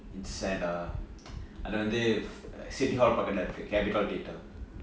it's at uh அது வந்து:athu vanthu city hall பக்கத்துல இருக்கு:pakathula irukku capitol theatre